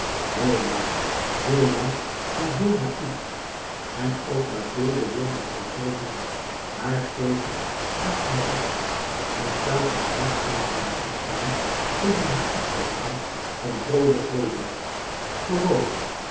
heel waar heel lang en heel naïf en ook mathilde wilde hij zoo doen haar geven dag na dag en telkens haar uit laten staan tegen haar achtergrond van vroolijk leven gewoon